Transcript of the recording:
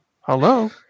Hello